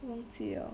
忘记 liao